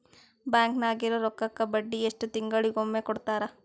Bank ನಾಗಿರೋ ರೊಕ್ಕಕ್ಕ ಬಡ್ಡಿ ಎಷ್ಟು ತಿಂಗಳಿಗೊಮ್ಮೆ ಕೊಡ್ತಾರ?